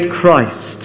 Christ